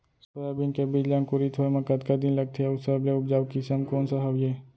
Soybean के बीज ला अंकुरित होय म कतका दिन लगथे, अऊ सबले उपजाऊ किसम कोन सा हवये?